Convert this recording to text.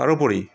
তাৰোপৰি